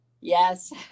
Yes